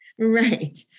Right